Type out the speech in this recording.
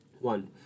one